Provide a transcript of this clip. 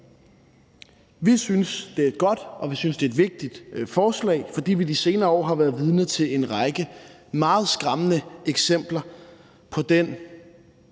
Vi synes, det er et godt og vigtigt forslag, fordi vi de senere år har været vidne til en række meget skræmmende eksempler på den